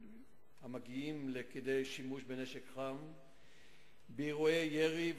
המגיעים כדי שימוש בנשק חם באירועי ירי,